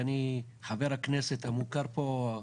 ואני חבר הכנסת המוכר פה,